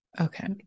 okay